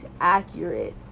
accurate